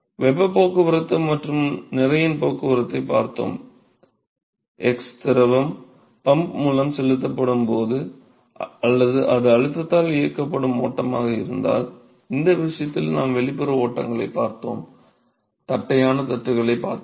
வெப்பப் போக்குவரத்து மற்றும் நிறையின் போக்குவரத்தைப் பார்த்தோம் x திரவம் பம்ப் மூலம் செலுத்தப்படும் போது அல்லது அது அழுத்தத்தால் இயக்கப்படும் ஓட்டமாக இருக்கும் போது இந்த விஷயத்தில் நாம் வெளிப்புற ஓட்டங்களைப் பார்த்தோம் தட்டையான தட்டுகளைப் பார்த்தோம்